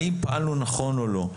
האם פעלנו נכון או לא.